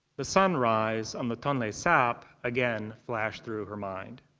the sunrise on the tonle sap again flashed through her mind.